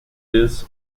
fez